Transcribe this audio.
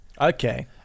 Okay